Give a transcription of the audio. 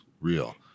real